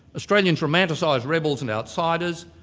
australians romanticise rebels and outsiders,